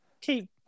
keep